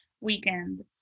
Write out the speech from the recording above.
weekend